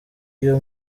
iyo